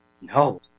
No